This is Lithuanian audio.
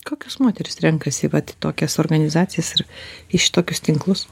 kokios moterys renkasi vat į tokias organizacijas ir į šitokius tinklus